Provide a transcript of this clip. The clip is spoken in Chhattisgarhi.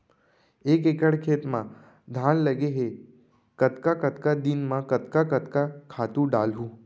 एक एकड़ खेत म धान लगे हे कतका कतका दिन म कतका कतका खातू डालहुँ?